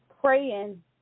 Praying